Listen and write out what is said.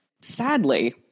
Sadly